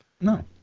no